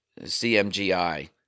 CMGI